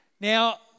Now